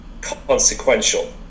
consequential